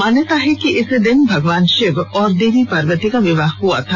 मान्यता है कि इसी दिन भगवान शिव और माता पार्वती का विवाह हुआ था